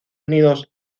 unidos